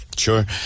Sure